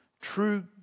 True